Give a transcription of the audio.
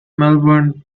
melbourne